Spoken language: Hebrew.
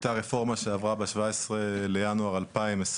הייתה רפורמה שעברה ב-17 בינואר 2022